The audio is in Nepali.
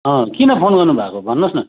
अँ किन फोन गर्नुभएको भन्नुहोस् न